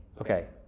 okay